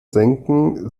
senken